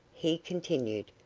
he continued,